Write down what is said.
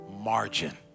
Margin